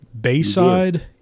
Bayside